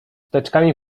teczkami